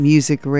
Music